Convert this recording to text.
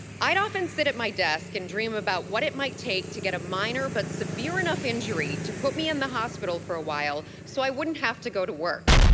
i'd often sit at my desk and dream about what it might take to get a minor but severe enough injury to put me in the hospital for a while so i wouldn't have to go to work.